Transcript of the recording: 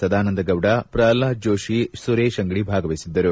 ಸದಾನಂದ ಗೌಡ ಪ್ರಹ್ಲಾದ್ ಜೋಷಿ ಸುರೇಶ್ ಅಂಗಡಿ ಭಾಗವಹಿಸಿದ್ದರು